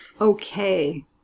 okay